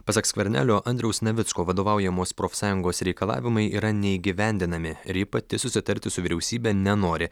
pasak skvernelio andriaus navicko vadovaujamos profsąjungos reikalavimai yra neįgyvendinami ir ji pati susitarti su vyriausybe nenori